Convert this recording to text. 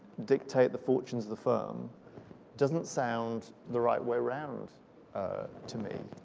dictate the fortunes of the firm doesn't sound the right way around to me.